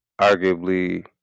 arguably